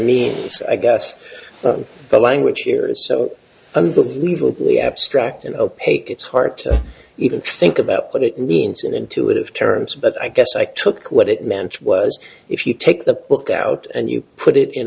is i guess the language here is so unbelievably abstract and opaque it's hard to even think about but it means an intuitive terence but i guess i took what it meant was if you take the book out and you put it in